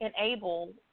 enable